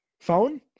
phone